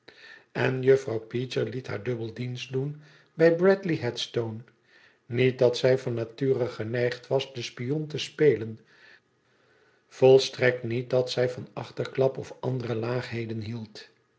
en juffi'ouw peecher liet haar dubbel dienst doen bij bradley headstooe niet dat zij van nature geneigd was de spion te spelen volstrekt niet dat zij van achterklap of andere laagheden hield